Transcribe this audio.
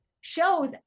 shows